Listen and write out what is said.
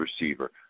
receiver